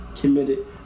Committed